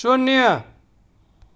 શૂન્ય